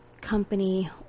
company